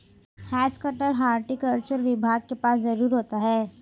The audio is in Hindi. हैज कटर हॉर्टिकल्चर विभाग के पास जरूर होता है